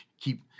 keep